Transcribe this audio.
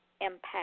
impact